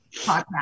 podcast